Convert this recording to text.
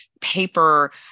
paper